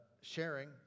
sharing